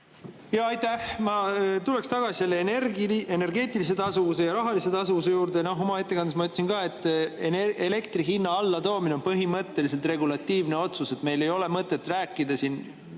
Aitäh! Ma tuleksin tagasi selle energeetilise tasuvuse ja rahalise tasuvuse juurde. Oma ettekandes ma ütlesin ka, et elektri hinna allatoomine on põhimõtteliselt regulatiivne otsus, meil ei ole mõtet rääkida siin